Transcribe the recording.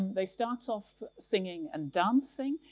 they start off singing and dancing,